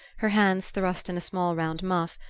her hands thrust in a small round muff,